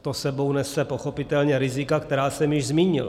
To s sebou nese pochopitelně rizika, která jsem již zmínil.